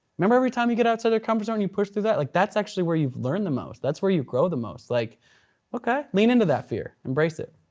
remember every time you get outside your comfort zone and you push through that, like that's actually where you've learned the most. that's where you grow the most. like okay, lean into that fear, embrace it.